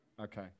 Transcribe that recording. okay